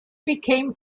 became